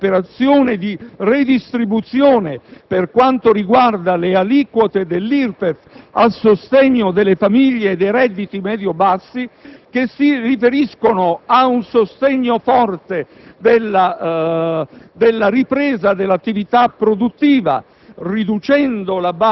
si esprimono con un'operazione di redistribuzione per quanto riguarda le aliquote dell'IRPEF, a sostegno delle famiglie e dei redditi medio bassi, e che si riferiscono ad un sostegno forte della ripresa dell'attività produttiva,